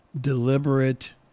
deliberate